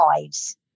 lives